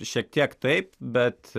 šiek tiek taip bet